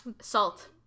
salt